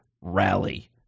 Rally